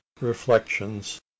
reflections